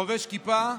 חובש כיפה,